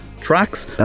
tracks